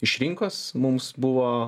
iš rinkos mums buvo